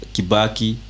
Kibaki